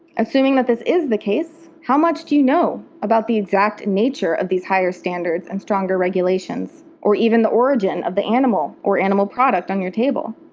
assuming but this is the case, how much do you know about the exact nature of these higher standards and stronger regulations or even the origin of the animal or animal product on your table?